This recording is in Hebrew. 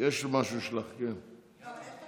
יש משהו שלך, כן.